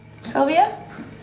Sylvia